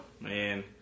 Man